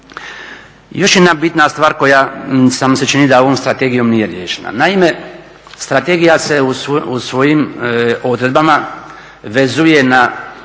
Još jedna bitna stvar koja samo se čini da ovom strategijom nije riješena. Naime, strategija se u svojim odredbama vezuje na